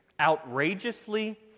outrageously